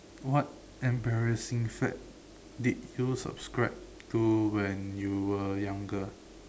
what embarrassing fact did you subscribe to when you were younger